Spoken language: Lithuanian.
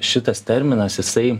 šitas terminas jisai